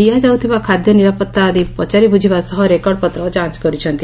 ଦିଆଯାଉଥିବା ଖାଦ୍ୟ ନିରାପତ୍ତା ଆଦି ପଚାରି ବୁଝିବା ସହ ରେକର୍ଡପତ୍ର ଯାଞ କରିଛନ୍ତି